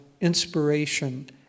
inspiration